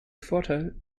vorteil